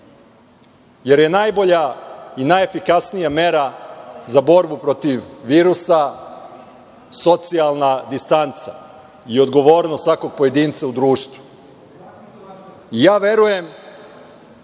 jer je najbolja i najefikasnija mera za borbu protiv virusa socijalna distanca i odgovornost svakog pojedinca u društvu. Verujem